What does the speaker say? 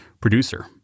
producer